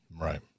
Right